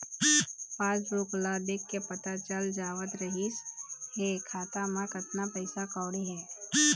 passbook ल देखके पता चल जावत रिहिस हे खाता म कतना पइसा कउड़ी हे